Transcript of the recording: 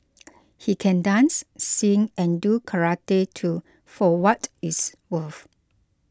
he can dance sing and do karate too for what it's worth